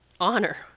honor